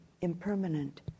impermanent